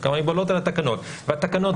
ומגבלות על התקנות,